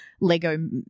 Lego –